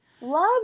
Love